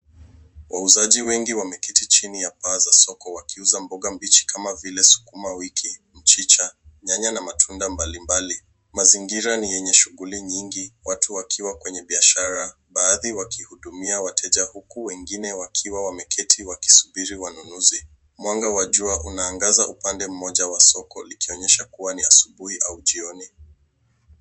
Wauzaji wengi wameketi chini ya paa za soko wakiuza bonga mbichi kama sukuma wiki, mchicha, nyanya na matunda mbali mbali. Mazigira ni yenye shughuli nyingi watu wakiwa kwenye biashara baadhi wakihudumia wateja huku wengine wakiwa wameketi wakisubiri wanunuzi mwanga wa jua unaagaza upande mmoja wa soko likionyesha kuwa ni asubuhi au jioni.